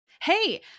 Hey